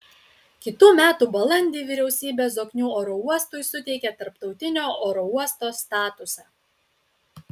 kitų metų balandį vyriausybė zoknių oro uostui suteikė tarptautinio oro uosto statusą